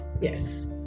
Yes